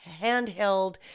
handheld